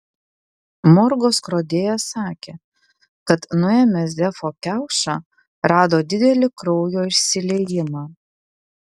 morgo skrodėjas sakė kad nuėmęs zefo kiaušą rado didelį kraujo išsiliejimą